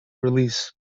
release